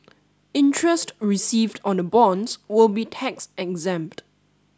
interest received on the bonds will be tax exempt